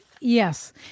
Yes